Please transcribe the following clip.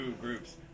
groups